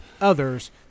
others